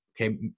okay